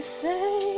say